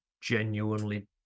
genuinely